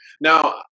now